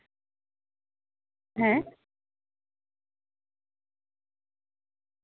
ᱦᱮᱸ